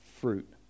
fruit